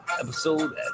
episode